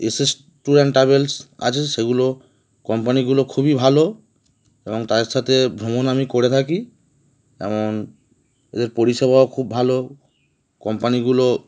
S S tour and travels আছে সেগুলো কোম্পানিগুলো খুবই ভালো এবং তাদের সাথে ভ্রমণ আমি করে থাকি যেমন এদের পরিষেবাও খুব ভালো কোম্পানিগুলো